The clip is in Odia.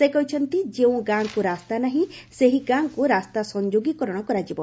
ସେ କହିଛନ୍ତି ଯେଉଁ ଗାଁକୁ ରାସ୍ତା ନାହି ସେହି ଗାଁକୁ ରାସ୍ତା ସଂଯୋଗୀକରଣ କରାଯିବ